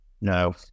No